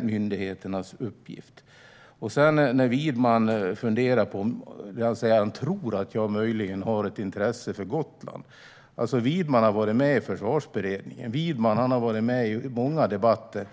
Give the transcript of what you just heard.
myndigheternas uppgift. Widman säger att han tror att jag möjligen har ett intresse för Gotland. Han har varit med i Försvarsberedningen och i många debatter.